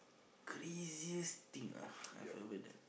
craziest thing ah I've ever done